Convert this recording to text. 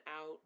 out